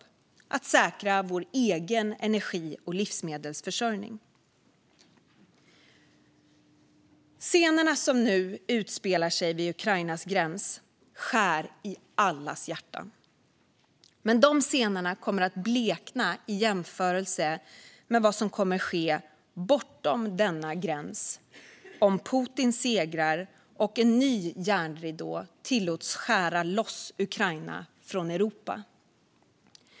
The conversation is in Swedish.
Vi måste också säkra vår egen energi och livsmedelsförsörjning. Scenerna som nu utspelar sig vid Ukrainas gräns skär i allas hjärtan. Men de scenerna kommer att blekna i jämförelse med vad som kommer att ske bortom denna gräns om Putin segrar och en ny järnridå tillåts skära loss Ukraina från Europa.